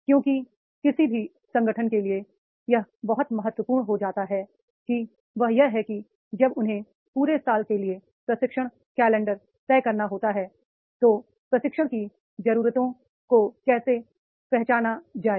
क्योंकि किसी भी संगठन के लिए यह बहुत महत्वपूर्ण हो जाता है वह यह है कि जब उन्हें पूरे साल के लिए प्रशिक्षण कैलेंडर तय करना होता है तो प्रशिक्षण की जरूरतों को कैसे पहचाना जाए